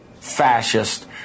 fascist